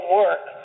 work